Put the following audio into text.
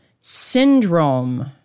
Syndrome